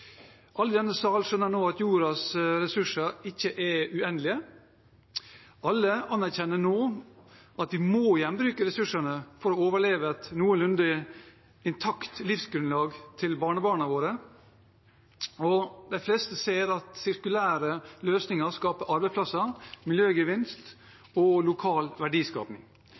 Alle i denne salen skjønner nå at jordas ressurser ikke er uendelige. Alle anerkjenner nå at vi må gjenbruke ressursene for å overlevere et noenlunde intakt livsgrunnlag til barnebarna våre, og de fleste ser at sirkulære løsninger skaper arbeidsplasser og gir miljøgevinst og lokal